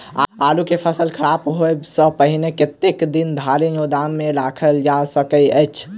आलु केँ फसल खराब होब सऽ पहिने कतेक दिन धरि गोदाम मे राखल जा सकैत अछि?